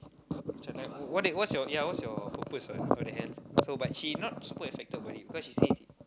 macam typo what's your ya what's your purpose what what the hell so but she not super affected by it cause she say